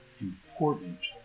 important